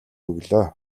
өглөө